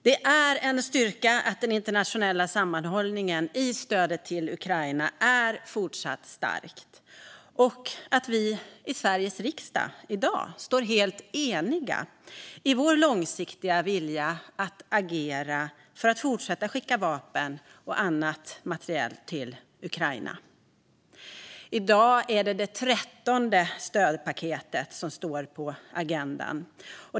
Det är en styrka att den internationella sammanhållningen i stödet till Ukraina är fortsatt stark och att vi i Sveriges riksdag i dag står helt eniga i vår långsiktiga vilja att agera för att fortsätta att skicka vapen och annan materiel till Ukraina. I dag är det det 13:e stödpaketet som står på agendan.